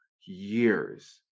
years